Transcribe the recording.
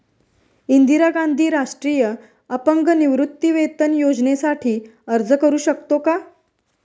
इंदिरा गांधी राष्ट्रीय अपंग निवृत्तीवेतन योजनेसाठी अर्ज करू शकतो का?